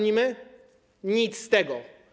Nic z tego.